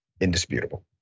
indisputable